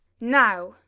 now